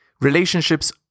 Relationships